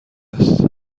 است